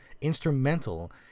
instrumental